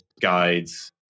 guides